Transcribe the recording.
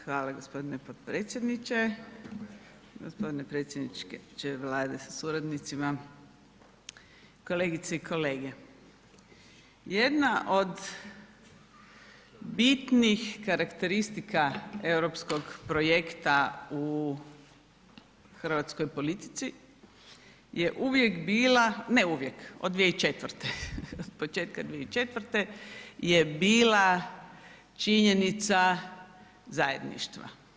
Hvala g. potpredsjedniče, g. predsjedniče Vlade sa suradnicima, kolegice i kolege, jedna od bitnih karakteristika europskog projekta u hrvatskoj politici je uvijek bila, ne uvijek, od 2004, od početka 2004., je bila činjenica zajedništva.